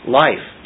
life